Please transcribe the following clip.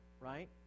right